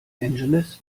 angeles